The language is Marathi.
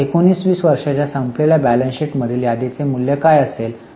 आता 19 20 वर्षाच्या संपलेल्या बैलन्स शीट मधील यादीचे मूल्य काय असेल